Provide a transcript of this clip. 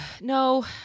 No